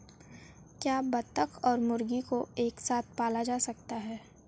क्या बत्तख और मुर्गी को एक साथ पाला जा सकता है?